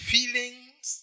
Feelings